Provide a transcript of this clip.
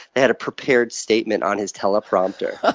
they had a prepared statement on his teleprompter. ah